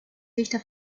dichter